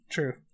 True